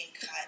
cut